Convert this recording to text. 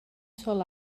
sol